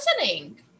listening